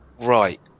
Right